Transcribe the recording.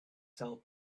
sell